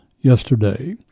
yesterday